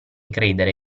credere